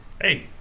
hey